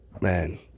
man